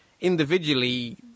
individually